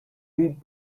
deep